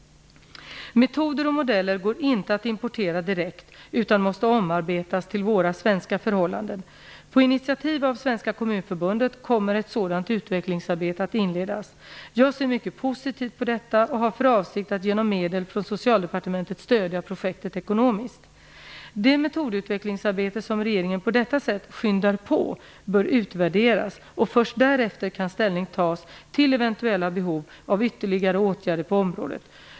Metoder och modeller går inte att importera direkt utan måste omarbetas till våra svenska förhållanden. På initiativ av Svenska kommunförbundet kommer ett sådant utvecklingsarbete att inledas. Jag ser mycket positivt på detta och har för avsikt att genom medel från Socialdepartementet stödja projektet ekonomiskt. Det metodutvecklingsarbete som regeringen på detta sätt "skyndar på" bör utvärderas. Först därefter kan ställning tas till eventuella behov av ytterligare åtgärder på området.